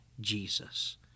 Jesus